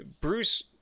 bruce